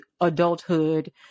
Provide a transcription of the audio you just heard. adulthood